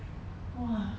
!wah!